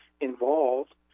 involved